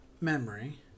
memory